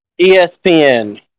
ESPN